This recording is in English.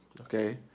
Okay